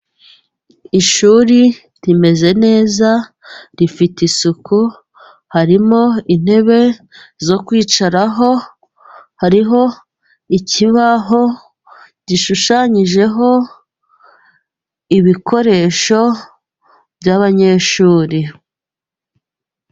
Ishuri rimeze neza rifite isuku harimo intebe zo kwicaraho hariho ikibaho gishushanyijeho ibikoresho by'abanyeshuri.